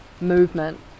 movement